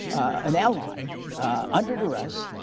an ally under duress,